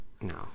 No